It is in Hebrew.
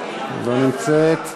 לא נמצאת,